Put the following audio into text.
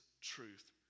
truth